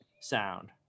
sound